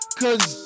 cause